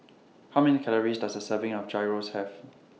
How Many Calories Does A Serving of Gyros Have